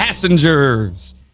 Passengers